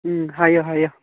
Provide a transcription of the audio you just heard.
ꯎꯝ ꯍꯥꯏꯌꯣ ꯍꯥꯏꯌꯣ